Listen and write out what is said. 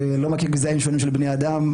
אני לא מכיר גזעים שונים של בני אדם,